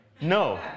No